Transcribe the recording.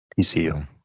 TCU